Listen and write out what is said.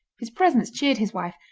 his presence cheered his wife,